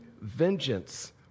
vengeance